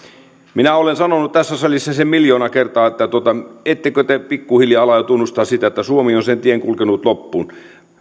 minä olen sanonut tässä salissa sen miljoona kertaa että ettekö te pikkuhiljaa ala jo tunnustaa sitä että suomi on sen tien kulkenut loppuun